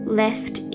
left